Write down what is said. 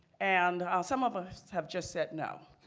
and some of us have just said no.